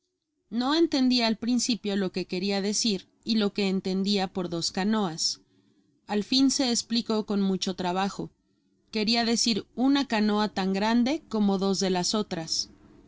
nota del t e content from google book search generated at qne entendia por dos canoas al fin se esplicó con mucho trabajo queriar decir una canoa tan grande como dos de las otras